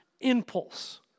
impulse